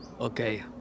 Okay